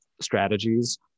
strategies